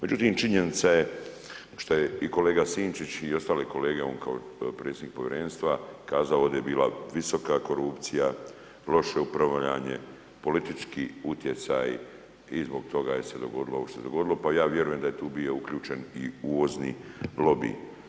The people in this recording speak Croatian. Međutim činjenica je šta je i kolega Sinčić i ostale kolege, on kao predsjednik povjerenstva kazao, ovdje je bila visoka korupcija, loše upravljanje, politički utjecaji i zbog toga se dogodilo ovo što se dogodilo, pa ja vjerujem da je tu bio uključen i uvozni lobi.